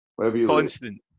Constant